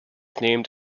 named